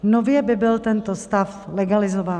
Nově by byl tento stav legalizován.